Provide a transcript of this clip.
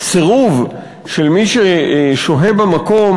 שהסירוב של מי ששוהה במקום,